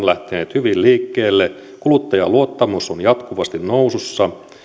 lähteneet hyvin liikkeelle kuluttajaluottamus on jatkuvasti nousussa